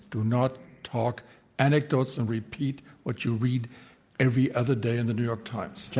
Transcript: do not talk anecdotes and repeat what you read every other day in the new york times. yeah